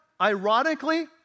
ironically